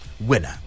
winner